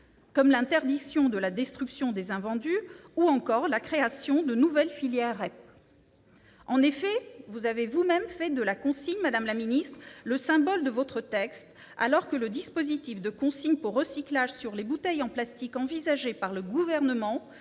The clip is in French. comme l'interdiction de la destruction des invendus ou encore la création de nouvelles filières REP. En effet, vous avez vous-même fait de la consigne, madame la secrétaire d'État, le « symbole » de votre texte, alors que le dispositif de consigne pour recyclage sur les bouteilles en plastique envisagé par le Gouvernement